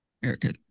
Erica